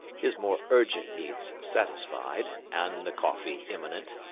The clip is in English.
his more urgent needs satisfied and the coffee imminent,